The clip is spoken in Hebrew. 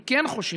אני כן חושב